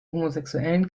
homosexuellen